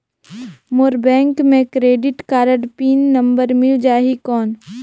मोर bank मे credit card PIN number मिल जाहि कौन?